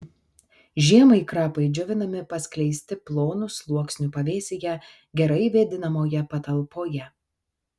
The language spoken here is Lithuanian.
žiemai krapai džiovinami paskleisti plonu sluoksniu pavėsyje gerai vėdinamoje patalpoje